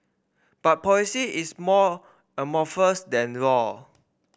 but policy is more amorphous than law